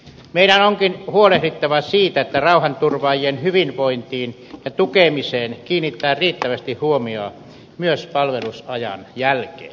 meidän onkin huolehdittava siitä että rauhanturvaajien hyvinvointiin ja tukemiseen kiinnitetään riittävästi huomiota myös palvelusajan jälkeen